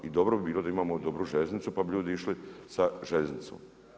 I dobro bi bilo da imamo dobru željeznicu pa bi ljudi išli sa željeznicom.